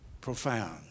profound